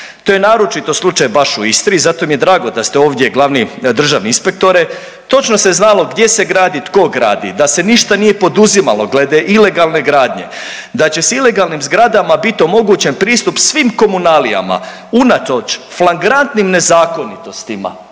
To je naročito slučaj baš u Istri i zato mi je drago da ste ovdje glavni državni inspektore, točno se znalo gdje se gradi, tko gradi, da se ništa nije poduzimalo glede ilegalne gradnje, da će s ilegalnim zgradama bit omogućen pristup svim komunalijama unatoč flagrantnim nezakonitostima,